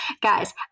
Guys